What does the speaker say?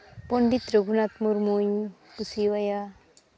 ᱯᱚᱱᱰᱤᱛ ᱨᱚᱜᱷᱩᱱᱟᱛᱷ ᱢᱩᱨᱢᱩᱧ ᱠᱩᱥᱤ ᱟᱭᱟ